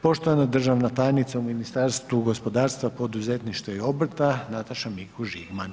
Poštovana državna tajnica u Ministarstvu gospodarstva, poduzetništva i obrta, Nataša Mikuš Žigman.